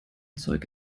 zeug